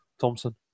Thompson